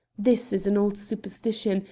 this is an old superstition,